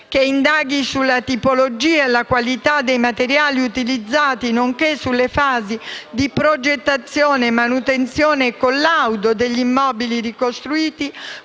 che indaghi sulla tipologia e la qualità dei materiali utilizzati, nonché sulle fasi di progettazione, manutenzione e collaudo degli immobili ricostruiti,